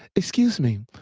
excuse me,